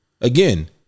Again